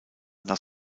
nach